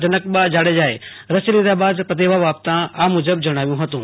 જનકબા જાડેજાએ રસી લીધા બાદ પ્રતિભાવ આપતાં આ મુજબ જણાવ્યું હતું